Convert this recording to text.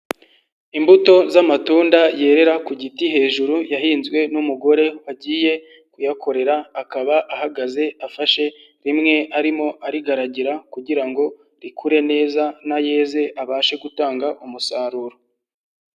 Imbuto z'amatunda yerera ku giti hejuru, yahinzwe n'umugore wagiye kuyakorera, akaba ahagaze, afashe rimwe arimo arigaragira kugira ngo rikure neza n'ayeze abashe gutanga umusaruro.